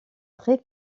très